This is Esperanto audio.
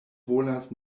volas